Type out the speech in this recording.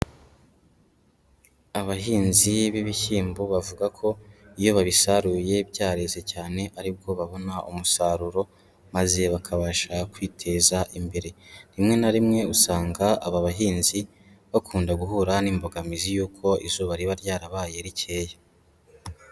Abahinzi b'ibishyimbo bavuga ko iyo babisaruye byareze cyane ari bwo babona umusaruro maze bakabasha kwiteza imbere, rimwe na rimwe usanga aba bahinzi bakunda guhura n'imbogamizi y'uko izuba riba ryarabaye rikeya.